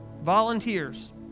volunteers